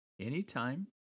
anytime